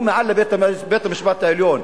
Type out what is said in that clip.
הוא מעל לבית-המשפט העליון.